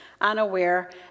unaware